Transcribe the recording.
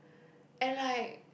and like